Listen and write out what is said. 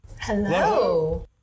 Hello